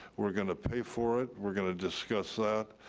we're gonna pay for it, we're gonna discuss that,